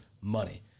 money